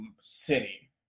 City